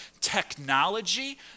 Technology